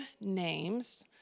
names